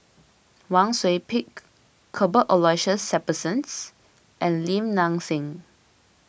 Wang Sui Pick Cuthbert Aloysius Shepherdson and Lim Nang Seng